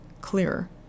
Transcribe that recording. Clearer